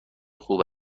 خوب